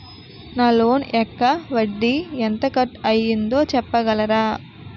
నా లోన్ యెక్క వడ్డీ ఎంత కట్ అయిందో చెప్పగలరా?